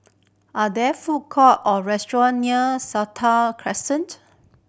are there food court or restaurant near Sentul Crescent